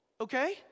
okay